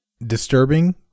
Disturbing